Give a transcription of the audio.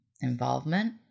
involvement